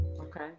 Okay